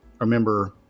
remember